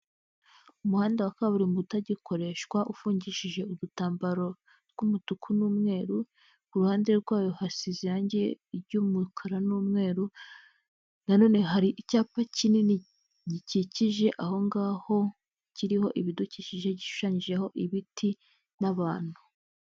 Umuhanda wa kaburimbo utagikoreshwa ufungishije udutambaro tw'umutuku n'umweru, ku ruhande rwayo hasize irangi ry'umukara n'umweru na none hari icyapa kinini gikikije aho ngaho kiriho ibidukikije, gishushanyijeho ibiti n'abantu.